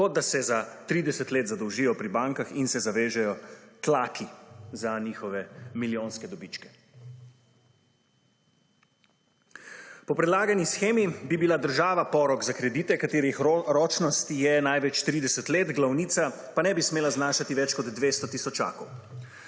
kot da se za 30 let zadolžijo pri bankah in se zavežejo tlaki za njihove milijonske dobičke. Po predlagani shemi bi bila država porok za kredite, katerih ročnost je največ 30 let, glavnica pa nebi smela znašati več kot 200 tisočakov.